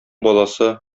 баласы